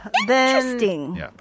Interesting